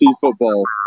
football